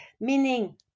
meaning